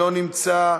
לא נמצא,